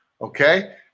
Okay